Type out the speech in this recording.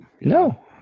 No